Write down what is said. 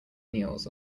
kneels